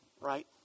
right